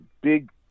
big